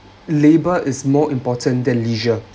labour is more important than leisure